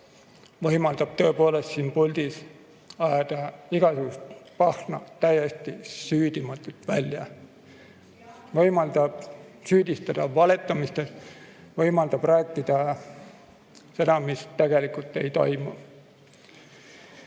võimaldab tõepoolest siin puldis ajada igasugust pahna täiesti süüdimatult suust välja. Võimaldab süüdistada valetamises, võimaldab rääkida seda, mis tegelikult ei toimu.